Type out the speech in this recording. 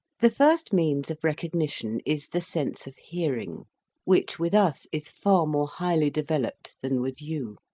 the first means of recognition is the sense of hearing which with us is far more highly developed than with you,